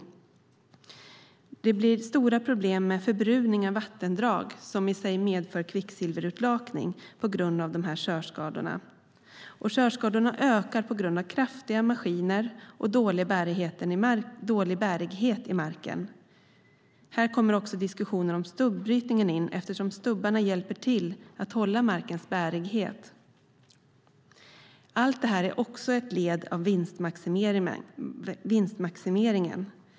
Körskadorna innebär stora problem med förbruning av vattendrag, vilket i sig medför kvicksilverutlakning. Körskadorna ökar på grund av kraftiga maskiner och dålig bärighet i marken. Här kommer diskussionen om stubbrytningen in, eftersom stubbarna hjälper till att hålla markens bärighet. Allt detta är ett led i vinstmaximeringen.